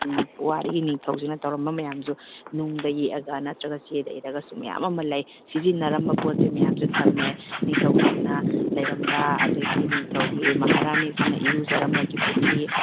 ꯋꯥꯔꯤ ꯅꯤꯡꯊꯧꯁꯤꯡꯅ ꯇꯧꯔꯝꯕ ꯃꯌꯥꯝꯁꯨ ꯅꯨꯡꯗ ꯌꯦꯛꯑꯒ ꯅꯠꯇ꯭ꯔꯒ ꯆꯦꯗ ꯏꯔꯒꯁꯨ ꯃꯌꯥꯝ ꯑꯃ ꯂꯩ ꯁꯤꯖꯤꯟꯅꯔꯝꯕ ꯄꯣꯠꯆꯩ ꯃꯌꯥꯝꯁꯨ ꯊꯝꯃꯦ ꯅꯤꯡꯊꯧ ꯁꯤꯡꯅ ꯂꯩꯔꯝꯕ ꯑꯗꯨꯗꯒꯤ ꯅꯤꯡꯊꯧꯒꯤ ꯃꯍꯥꯔꯥꯅꯤꯁꯤꯡꯅ ꯏꯔꯨꯖꯔꯝꯕꯒ ꯄꯨꯈ꯭ꯔꯤ